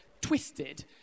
twisted